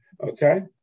Okay